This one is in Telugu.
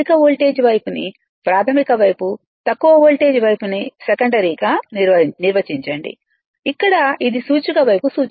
అధిక వోల్టేజ్ వైపు ని ప్రాధమిక అనితక్కువ వోల్టేజ్ వైపు ని సెకండరీగా నిర్వచించండి ఇక్కడ ఇది సూచిక వైపు చూస్తుంది